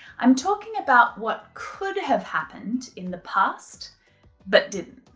i'm talking about what could have happened in the past but didn't